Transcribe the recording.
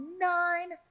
nine